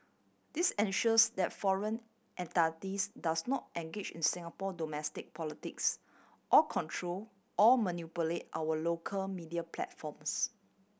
this ensures that foreign entities do not engage in Singapore domestic politics or control or manipulate our local media platforms